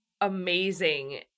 amazing